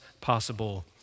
possible